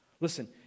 Listen